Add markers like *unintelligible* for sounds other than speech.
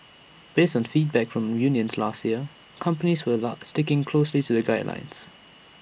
based on feedback from unions last year companies were *unintelligible* sticking closely to the guidelines